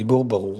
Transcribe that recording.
דיבור ברור,